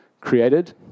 created